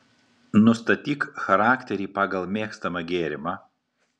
nustatyk charakterį pagal mėgstamą gėrimą